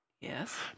Yes